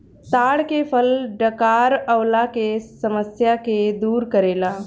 ताड़ के फल डकार अवला के समस्या के दूर करेला